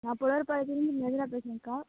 நான் இருந்து மெலினா பேசுகிறேங்க்கா